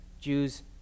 Jews